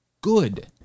good